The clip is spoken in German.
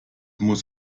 muss